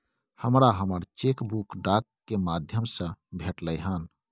हमरा हमर cheque book डाक के माध्यम से भेटलय हन